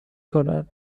کنن